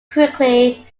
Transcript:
quickly